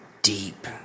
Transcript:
Deep